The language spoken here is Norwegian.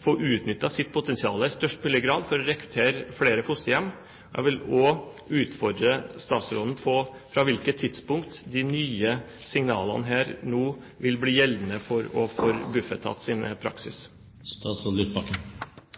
få utnyttet sitt potensial i størst mulig grad for å rekruttere flere fosterhjem. Jeg vil også utfordre statsråden på fra hvilket tidspunkt de nye signalene her vil bli gjeldende overfor Bufetats praksis. Som sagt vil jeg raskt ta kontakt med direktoratet for å